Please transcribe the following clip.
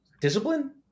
discipline